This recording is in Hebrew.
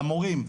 למורים.